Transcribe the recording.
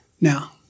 Now